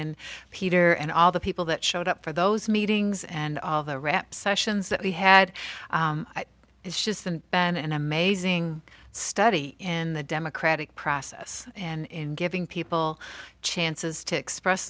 in peter and all the people that showed up for those meetings and all the reps sessions that we had is just an been an amazing study in the democratic process in giving people chances to express